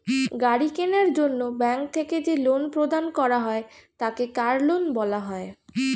গাড়ি কেনার জন্য ব্যাঙ্ক থেকে যে লোন প্রদান করা হয় তাকে কার লোন বলা হয়